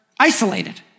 Isolated